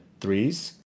threes